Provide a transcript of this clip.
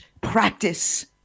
practice